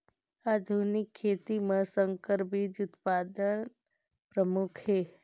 आधुनिक खेती म संकर बीज उत्पादन प्रमुख हे